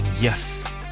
yes